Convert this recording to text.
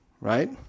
right